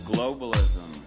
Globalism